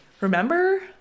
remember